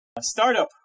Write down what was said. startup